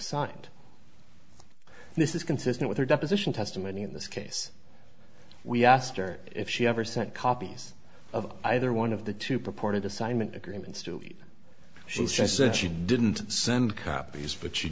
signed this is consistent with her deposition testimony in this case we asked her if she ever sent copies of either one of the two purported assignment agreements to she says she didn't send copies but she